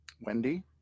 Wendy